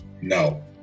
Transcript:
No